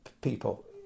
people